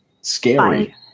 Scary